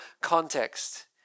context